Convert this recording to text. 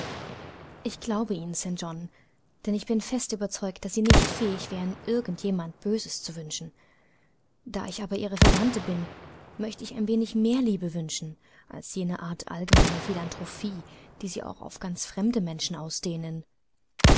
ich glaube ihnen st john denn ich bin fest überzeugt daß sie nicht fähig wären irgend jemand böses zu wünschen da ich aber ihre verwandte bin möchte ich ein wenig mehr liebe wünschen als jene art allgemeiner philanthropie die sie auch auf ganz fremde menschen ausdehnen